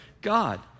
God